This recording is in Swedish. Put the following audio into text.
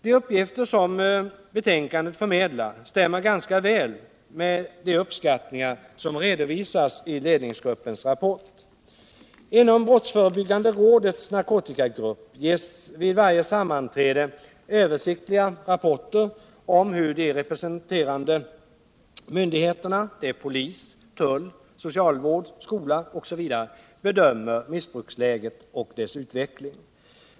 De uppgifter som betänkandet förmedlar stämmer ganska väl med de uppskattningar som redovisas i ledningsgruppens rapport. Inom brottsförebyggande rådets narkotikagrupp ges vid varje sammanträde översiktliga rapporter om hur de representerade myndigheterna — polis, tull, socialvård, skola m.fl. — bedömer missbruksläget och dess utveckling.